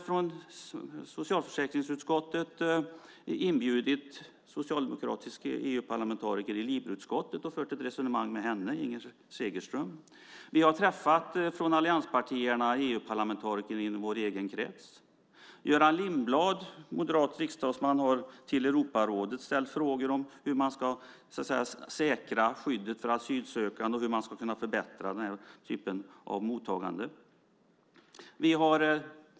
Från socialförsäkringsutskottet har vi inbjudit den socialdemokratiska EU-parlamentarikern och ledamoten i EU-parlamentets LIBE-utskott, Inger Segelström, och fört ett resonemang med henne. I allianspartierna har vi träffat EU-parlamentariker i vår egen krets. Göran Lindblad, moderat riksdagsman, har till Europarådet ställt frågor om hur man ska säkra skyddet för asylsökande och hur man ska kunna förbättra mottagandet.